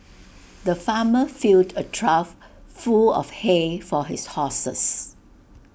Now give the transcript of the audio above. the farmer filled A trough full of hay for his horses